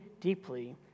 deeply